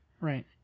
Right